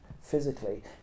physically